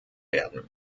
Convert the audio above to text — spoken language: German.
werden